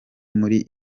muri